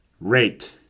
Rate